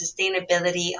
sustainability